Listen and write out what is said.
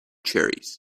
cherries